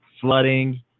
flooding